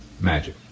magic